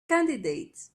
candidates